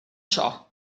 ciò